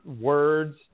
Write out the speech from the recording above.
words